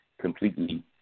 completely